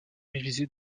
réviser